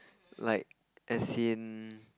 like as in